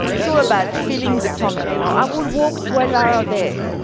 it's all about filling the tummy you know? i would walk twelve hours a day,